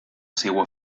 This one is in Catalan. seua